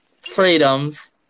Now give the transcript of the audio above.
Freedoms